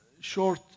short